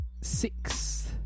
six